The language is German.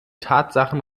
tatsachen